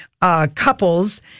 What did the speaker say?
couples